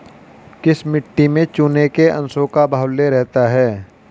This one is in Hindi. किस मिट्टी में चूने के अंशों का बाहुल्य रहता है?